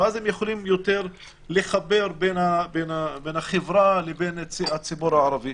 ואז הם יכולים יותר לחבר בין החברה לבין הציבור הערבי.